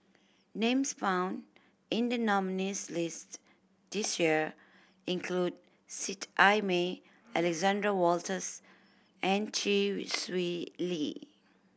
names found in the nominees' list this year include Seet Ai Mee Alexander Wolters and Chee Swee Lee